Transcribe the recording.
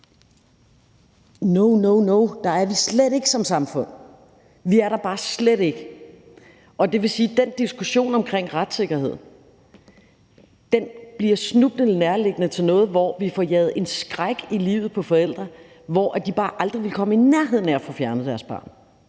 No, no, der er vi slet ikke som samfund; vi er der bare slet ikke. Og det vil sige, at den diskussion omkring retssikkerhed snublende nemt bliver til noget, hvor vi får jaget en skræk i livet på forældrene, hvor de bare aldrig ville komme i nærheden af at få fjernet deres barn